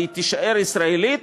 והיא תישאר ישראלית,